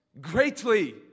greatly